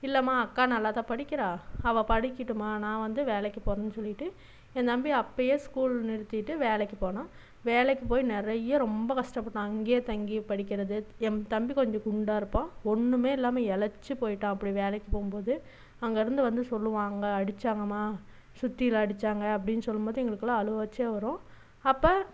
இல்லைம்மா அக்கா நல்லாத்தான் படிக்கிறா அவள் படிக்கட்டும்மா நான் வந்து வேலைக்கு போறேன்னு சொல்லிட்டு என் தம்பி அப்பயே ஸ்கூல் நிறுத்திட்டு வேலைக்கு போனான் வேலைக்கு போய் நிறைய ரொம்ப கஷ்டப்பட்டான் அங்கேயே தங்கி படிக்கிறது என் தம்பி கொஞ்சம் குண்டாயிருப்பான் ஒன்றுமே இல்லாமல் எளைச்சி போய்ட்டான் அப்படி வேலைக்கு போகும்போது அங்கேருந்து வந்து சொல்வான் அங்கே அடித்தாங்கம்மா சுத்தியில அடித்தாங்க அப்படினு சொல்லும்போது எங்களுக்கெல்லாம் அழுவாச்சியாக வரும் அப்போ